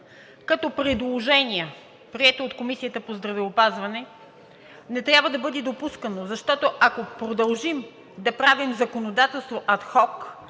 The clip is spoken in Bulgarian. като предложение, прието от Комисията по здравеопазване, не трябва да бъде и допускано, защото, ако продължим да правим законодателства ад хок,